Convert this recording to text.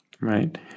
Right